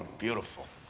beautiful.